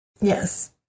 Yes